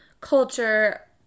culture